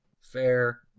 fair